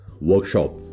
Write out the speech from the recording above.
workshop